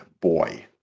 Boy